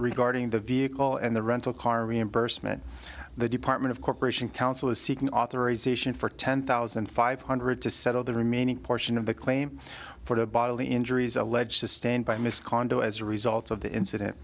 regarding the vehicle and the rental car reimbursement the department of corporation counsel is seeking authorisation for ten thousand five hundred to settle the remaining portion of the claim for bodily injuries alleged sustained by miss condo as a result of the incident